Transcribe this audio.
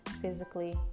physically